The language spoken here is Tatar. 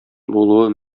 булуы